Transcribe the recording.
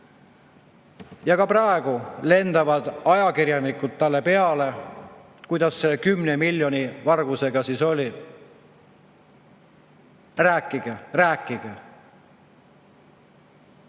Ka praegu lendavad ajakirjanikud talle peale: "Kuidas selle 10 miljoni vargusega siis oli? Rääkige. Rääkige!"